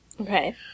Okay